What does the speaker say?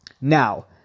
Now